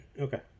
Okay